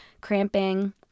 cramping